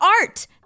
art